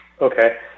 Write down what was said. Okay